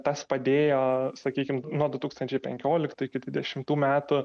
tas padėjo sakykim nuo du tūkstančiai penkioliktų iki dvidešimtų metų